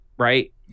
Right